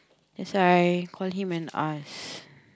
is like call him and ask